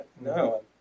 No